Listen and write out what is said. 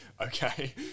Okay